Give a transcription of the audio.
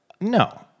No